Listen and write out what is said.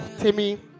Timmy